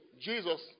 jesus